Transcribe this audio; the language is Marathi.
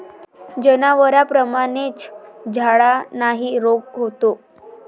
जनावरांप्रमाणेच झाडांनाही रोग होतो